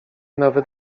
nawet